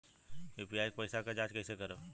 UPI के पैसा क जांच कइसे करब?